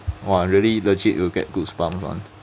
!wah! really legit you will get goosebumps [one]